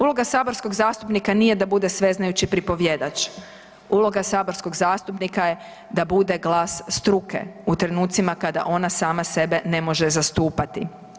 Uloga saborskog zastupnika nije da bude sveznajući pripovjedač, uloga saborskog zastupnika je da bude glas struke u trenucima kada ona sama sebe ne može zastupati.